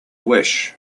wish